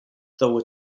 though